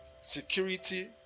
security